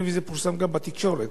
זה פורסם גם בתקשורת.